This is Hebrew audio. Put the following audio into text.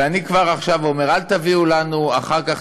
ואני כבר עכשיו אומר: אל תביאו לנו אחר כך,